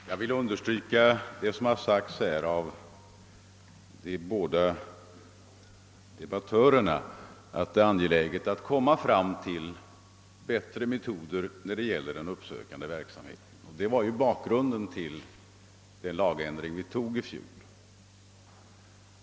Herr talman! Jag vill understryka vad herrar Wiklund i Stockholm och Carlshamre sagt om att det är angeläget att nå fram till bättre metoder när det gäller den uppsökande verksamheten. En sådan strävan låg ju också bakom den lagändring vi genomförde i fjol.